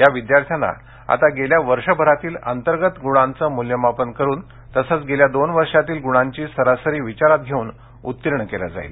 या विद्यार्थ्यांना आता गेल्या वर्षभरातील अंतर्गत गूणांचे मुल्यमापन करून तसेच गेल्या दोन वर्षातील गूणांची सरासरी विचारात घेऊन उत्तीर्ण केले जाईल